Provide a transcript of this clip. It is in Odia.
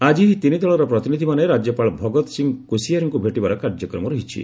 ଆକି ଏହି ତିନି ଦଳର ପ୍ରତିନିଧ୍ୟମାନେ ରାଜ୍ୟପାଳ ଭଗତ୍ ସିଂ କୋସିଆରିଙ୍କୁ ଭେଟିବାର କାର୍ଯ୍ୟକ୍ରମ ରହିଛି